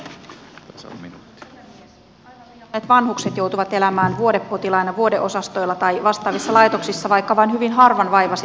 aivan liian monet vanhukset joutuvat elämään vuodepotilaina vuodeosastoilla tai vastaavissa laitoksissa vaikka vain hyvin harvan vaiva sitä vaatii